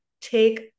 take